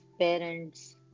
parents